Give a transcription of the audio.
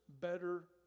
better